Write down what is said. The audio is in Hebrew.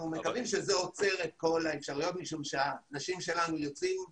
מקווים שזה עוצר את כל האפשרויות משום שהאנשים שלנו יוצאים לשטח,